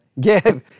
give